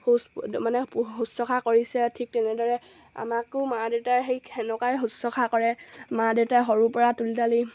শুশ মানে শুশ্ৰূষা কৰিছে ঠিক তেনেদৰে আমাকো মা দেউতাই সেই তেনেকুৱাকৈয়ে শুশ্ৰূষা কৰে মা দেউতাই সৰুৰ পৰা তুলি তালি